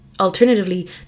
Alternatively